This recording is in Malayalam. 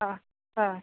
ആ ആ